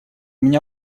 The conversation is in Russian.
меня